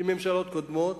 עם ממשלות קודמות,